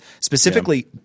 Specifically